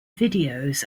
videos